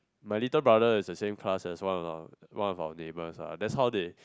my little brother is the same class as one of our one of our neighbours ah that's how they